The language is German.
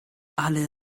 alle